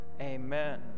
amen